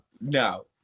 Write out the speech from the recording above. no